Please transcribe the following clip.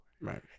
right